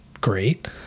great